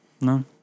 No